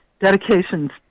dedications